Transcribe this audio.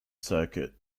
circuit